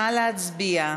נא להצביע.